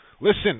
listen